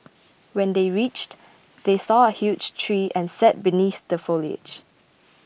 when they reached they saw a huge tree and sat beneath the foliage